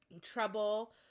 trouble